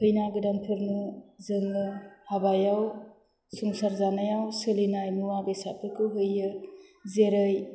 खैना गोदानफोरनो जोङो हाबायाव संसार जानायाव सोलिनाय मुवा बेसादफोरखौ हायो जेरै